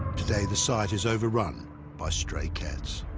today the site is overrun by stray cats